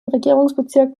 regierungsbezirk